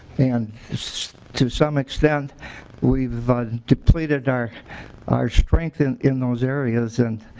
and to some extent we depleted our our strength in in those areas and